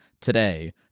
today